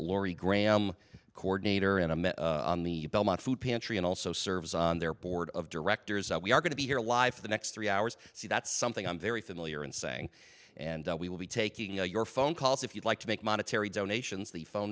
laurie graham coordinator in a mess on the belmont food pantry and also serves on their board of directors we are going to be here live for the next three hours see that's something i'm very familiar and saying and we will be taking your phone calls if you'd like to make monetary donations the phone